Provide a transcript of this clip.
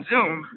Zoom